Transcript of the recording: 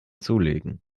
zulegen